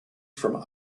from